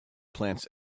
plants